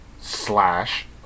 slash